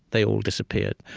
they all disappeared.